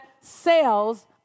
sales